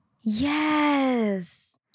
yes